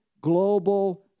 global